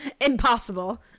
Impossible